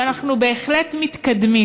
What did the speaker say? ואנחנו בהחלט מתקדמים.